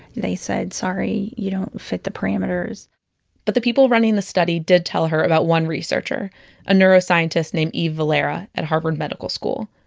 they said, sorry, you don't fit the parameters but the people running the study did tell her about one researcher a neuroscientist named eve valera, at harvard medical school.